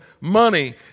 money